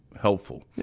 helpful